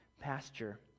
pasture